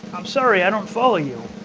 i'm sorry i don't follow you.